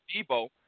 Debo